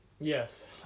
Yes